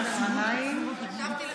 64 בעד, 19 נגד, אחד נמנע.